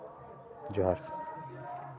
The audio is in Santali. ᱡᱚᱦᱟᱨ